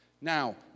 Now